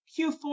Q4